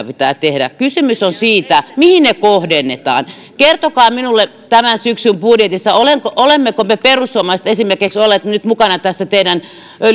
pitää tehdä kysymys on siitä mihin ne kohdennetaan kertokaa minulle tämän syksyn budjetista olemmeko olemmeko me perussuomalaiset olleet nyt mukana esimerkiksi tässä teidän